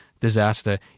disaster